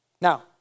Now